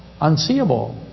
unseeable